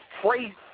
Crazy